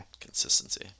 Consistency